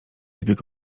zbieg